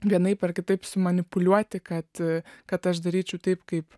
vienaip ar kitaip sumanipuliuoti kad kad aš daryčiau taip kaip